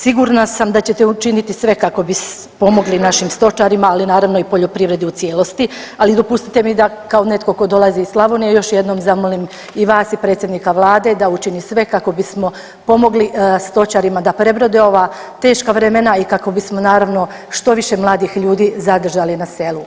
Sigurna sam da ćete učiniti sve kako bi pomogli našim stočarima, ali naravno i poljoprivredi u cijelosti, ali dopustite mi da kao netko tko dolazi iz Slavonije, još jednom zamolim i vas i predsjednika Vlade da učini sve kako bismo pomogli stočarima da prebrode ova teška vremena i kako bismo, naravno, što više mladih ljudi zadržali na selu.